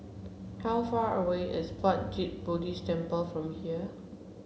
how far away is Puat Jit Buddhist Temple from here